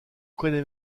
connaît